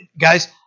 guys